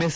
S